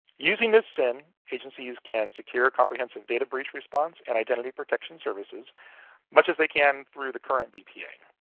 using this sin, agencies can secure comprehensive data breach response and identity protection services much as they can through the current bpa.